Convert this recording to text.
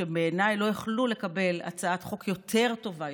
שבעיניי לא יוכלו לקבל הצעת חוק יותר טובה,